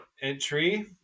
entry